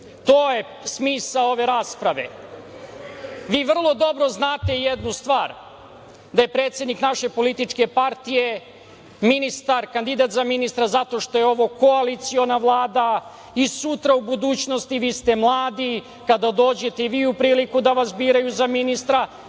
To je smisao ove rasprave. Vi vrlo dobro znate jednu stvar. Da je predsednik naše političke partije kandidat za ministra zato što je ovo koaliciona Vlada. I sutra u budućnosti, vi ste mladi, kada dođete i vi u priliku da vas biraju za ministra,